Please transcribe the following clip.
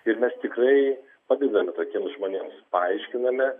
ir mes tikrai padedam tokiems žmonėm paaiškiname